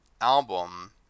album